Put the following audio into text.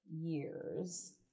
years